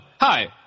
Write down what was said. hi